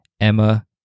Emma